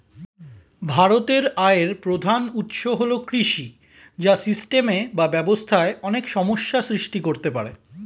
ভারতের আয়ের প্রধান উৎস হল কৃষি, যা সিস্টেমে বা ব্যবস্থায় অনেক সমস্যা সৃষ্টি করতে পারে